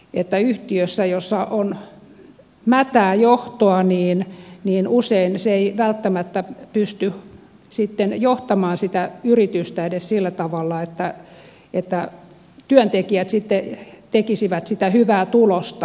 jos yhtiössä on mätää johtoa niin usein se ei välttämättä pysty johtamaan sitä yritystä edes sillä tavalla että työntekijät sitten tekisivät sitä hyvää tulosta